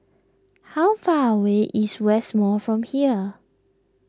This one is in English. how far away is West Mall from here